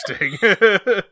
interesting